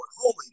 holy